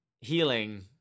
healing